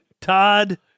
Todd